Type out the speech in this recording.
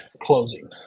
closing